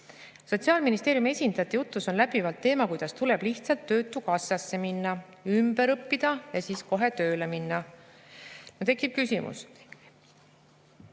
Sotsiaalministeeriumi esindajate jutus on läbivalt teema, kuidas tuleb lihtsalt töötukassasse minna, ümber õppida ja siis kohe tööle minna. Tekib küsimus,